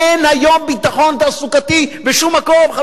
אין היום ביטחון תעסוקתי בשום מקום.